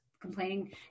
complaining